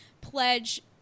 pledge